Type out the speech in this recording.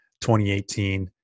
2018